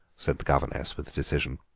said the governess with decision.